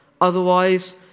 Otherwise